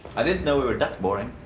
i didn't know we were that boring.